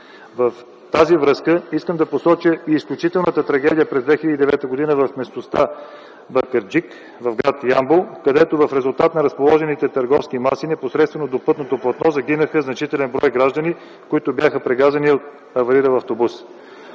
В тази връзка искам да посоча и изключителната трагедия през 2009 г. в местността „Бакаджик” в гр. Ямбол, където в резултат на разположените търговски маси, непосредствено до пътното платно, загинаха значителен брой граждани, които бяха прегазени от аварирал автобус.